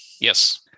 Yes